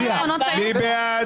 מי נגד?